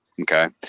okay